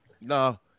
no